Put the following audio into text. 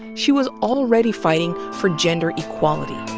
she was already fighting for gender equality.